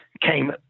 came